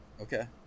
Okay